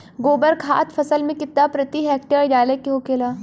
गोबर खाद फसल में कितना प्रति हेक्टेयर डाले के होखेला?